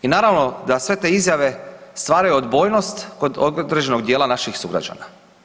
I naravno da sve te izjave stvaraju odbojnost kod određenog dijela naših sugrađana.